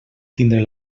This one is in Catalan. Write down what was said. tindre